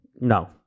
No